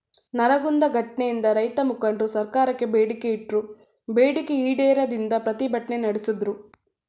ನರಗುಂದ ಘಟ್ನೆಯಿಂದ ರೈತಮುಖಂಡ್ರು ಸರ್ಕಾರಕ್ಕೆ ಬೇಡಿಕೆ ಇಟ್ರು ಬೇಡಿಕೆ ಈಡೇರದಿಂದ ಪ್ರತಿಭಟ್ನೆ ನಡ್ಸುದ್ರು